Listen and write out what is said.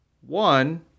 One